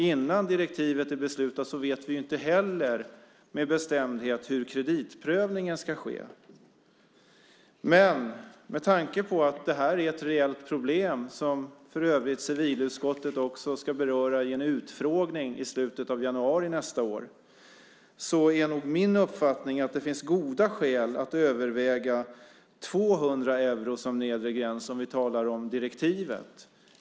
Innan direktivet är beslutat vet vi inte heller med bestämdhet hur kreditprövningen ska ske. Men med tanke på att det här är ett reellt problem som för övrigt civilutskottet också ska beröra i en utfrågning i slutet av januari nästa år är nog min uppfattning att det finns goda skäl att överväga 200 euro som nedre gräns, om vi talar om direktivet.